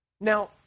Now